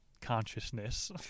consciousness